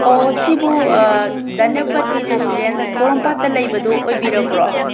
ꯑꯣ ꯁꯤꯕꯨ ꯗꯅꯄꯇꯤ ꯔꯦꯁꯇꯨꯔꯦꯟ ꯄꯣꯔꯣꯝꯄꯥꯠꯇ ꯂꯩꯕꯗꯣ ꯑꯣꯏꯕꯤꯔꯕ꯭ꯔꯣ